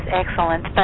excellent